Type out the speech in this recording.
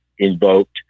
invoked